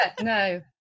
no